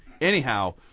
anyhow